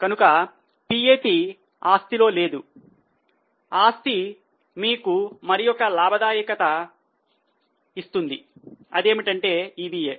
కనుక PAT ఆస్తిలో లేదు ఆస్తి మీకు మరియొక లాభదాయకత ఇస్తుంది అదేమిటంటే EVA